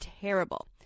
terrible